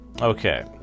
Okay